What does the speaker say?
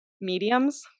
mediums